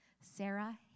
Sarah